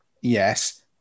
Yes